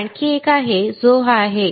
मग आणखी एक आहे जो हा आहे